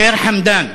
ח'יר חמדאן,